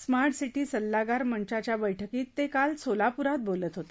smart city सल्लागार मंचाच्या बैठकीत ते काल सोलापुरात बोलत होते